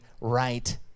right